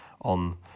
on